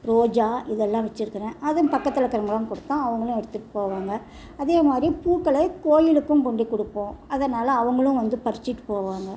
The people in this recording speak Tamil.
ரோஜா இதெல்லாம் வச்சுருக்கிறேன் அதுவும் பக்கத்தில் இருக்கிறவங்களுக்கு கொடுத்தன் அவங்களும் எடுத்துகிட்டு போவாங்க அதே மாதிரி பூக்கள கோயிலுக்கும் கொண்டி கொடுப்போம் அதனால் அவங்களும் வந்து பரிச்சிகிட்டு போவாங்க